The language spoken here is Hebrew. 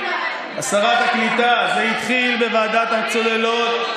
די, די, שרת הקליטה, זה התחיל בוועדת הצוללות,